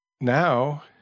now